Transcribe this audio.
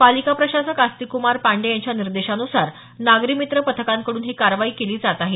पालिका प्रशासक आस्तिकक्मार पांडेय यांच्या निर्देशान्सार नागरी मित्र पथकांकडून ही कारवाई केली जात आहे